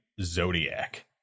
Zodiac